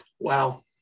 wow